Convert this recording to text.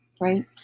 right